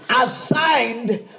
assigned